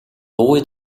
дуугүй